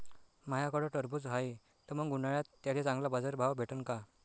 माह्याकडं टरबूज हाये त मंग उन्हाळ्यात त्याले चांगला बाजार भाव भेटन का?